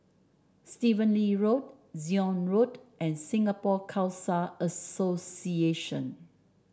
Stephen Lee Road Zion Road and Singapore Khalsa Association